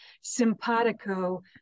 simpatico